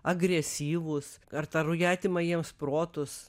agresyvūs ar ta ruja atima jiems protus